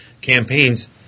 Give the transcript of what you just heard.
campaigns